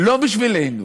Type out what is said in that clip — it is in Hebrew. לא בשבילנו,